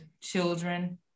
children